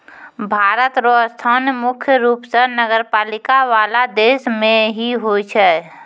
भारत र स्थान मुख्य रूप स नगरपालिका वाला देश मे ही होय छै